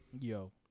Yo